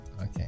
Okay